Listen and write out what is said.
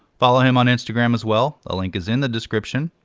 follow him on instagram as well, a link is in the description.